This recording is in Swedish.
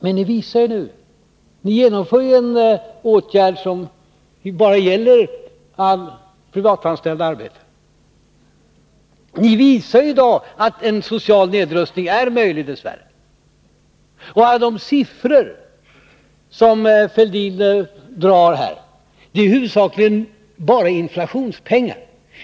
Men ni genomför nu en åtgärd som bara gäller privatanställda arbetare. Ni visar då att en social nedrustning dess värre är möjlig. Alla de siffror som Thorbjörn Fälldin redovisar är huvudsakligen bara inflationspengar.